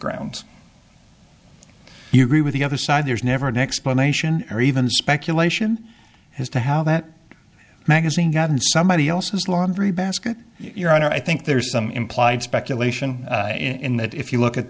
grounds you agree with the other side there's never an explanation or even speculation as to how that magazine got in somebody else's laundry basket your honor i think there's some implied speculation in that if you look at